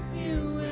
you